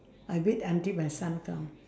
I wait until my son come